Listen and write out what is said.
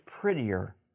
prettier